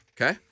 Okay